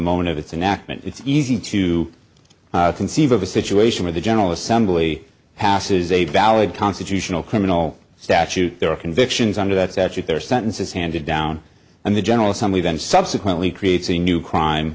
moment of it's an act it's easy to conceive of a situation where the general assembly passes a valid constitutional criminal statute there are convictions under that statute their sentences handed down and the general assembly then subsequently creates a new crime